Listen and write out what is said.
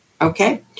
Okay